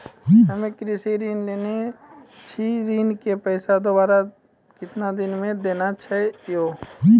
हम्मे कृषि ऋण लेने छी ऋण के पैसा दोबारा कितना दिन मे देना छै यो?